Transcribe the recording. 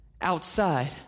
outside